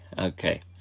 Okay